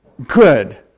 Good